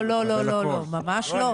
לא, ממש לא.